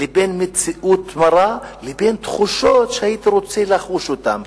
בין מציאות מרה לבין תחושות שהיית רוצה לחוש אותן,